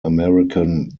american